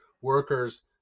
workers